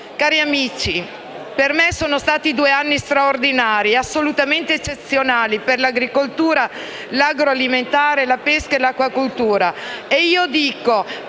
Cari amici, per me sono stati due anni straordinari, assolutamente eccezionali, per l'agricoltura, l'agroalimentare, la pesca e l'acquacoltura.